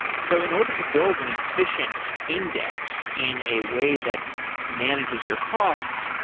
so in order to build an efficient index in a way that manages your costs,